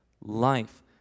life